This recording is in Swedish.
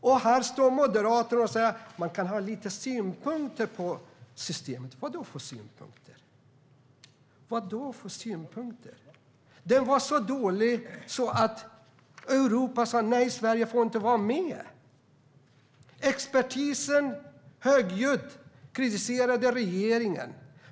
Och här står Moderaterna och säger att man kan ha lite synpunkter på systemet. Vad då för synpunkter? Det var så dåligt att Europa sa att Sverige inte får vara med. Expertisen kritiserade högljutt regeringen.